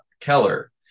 keller